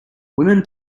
women